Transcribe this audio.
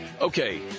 Okay